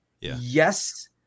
Yes